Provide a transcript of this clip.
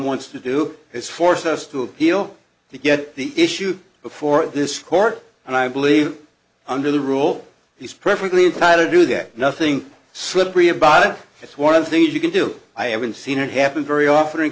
wants to do is force us to appeal to get the issue before this court and i believe under the rule he's perfectly entitled to that nothing slippery about it it's one thing you can do i haven't seen it happen very often in